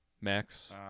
Max